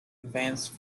advanced